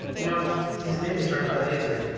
no, his name is rabbi lazer.